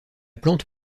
plante